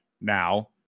now